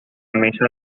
mesa